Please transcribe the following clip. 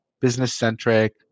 business-centric